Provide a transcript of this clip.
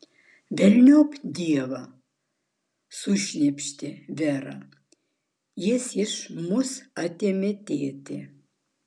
velniop dievą sušnypštė vera jis iš mūsų atėmė tėtį